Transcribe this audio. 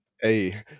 Hey